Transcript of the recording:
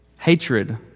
Hatred